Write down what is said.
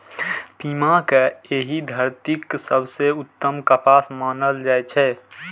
पीमा कें एहि धरतीक सबसं उत्तम कपास मानल जाइ छै